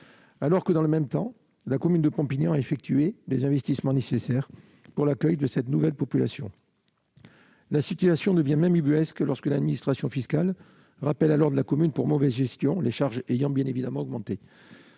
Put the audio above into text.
alors que la commune de Pompignan a effectué dans le même temps les investissements nécessaires pour l'accueil de cette nouvelle population. La situation devient même ubuesque lorsque l'administration fiscale rappelle à l'ordre la commune pour mauvaise gestion, ses charges ayant bien évidemment augmenté